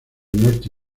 norte